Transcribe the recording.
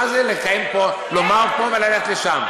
מה זה לומר פה וללכת לשם?